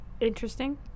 Interesting